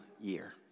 year